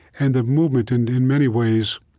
and the movement, and in many ways,